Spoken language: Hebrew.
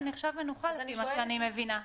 זה נחשב מנוחה לפי מה שאני מבינה.